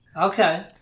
Okay